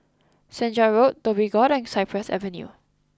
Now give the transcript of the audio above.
Senja Road Dhoby Ghaut and Cypress Avenue